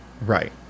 right